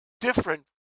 different